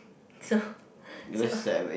so so